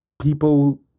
people